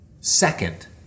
second